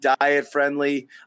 diet-friendly